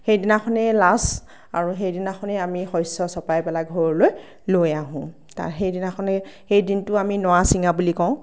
সেইদিনাখনেই লাষ্ট আৰু সেইদিনাখনেই আমি শস্য চপাই পেলাই ঘৰলৈ লৈ আহোঁ তা সেই দিনাখনেই সেই দিনটো আমি নৰা ছিঙা বুলি কওঁ